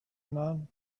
none